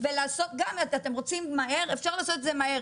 אם רוצים לעשות את זה מהר אפשר לעשות את זה מהר,